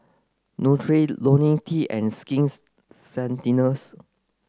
Nutren Lonil T and Skins Ceuticals